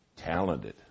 talented